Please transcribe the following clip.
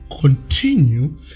continue